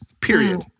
period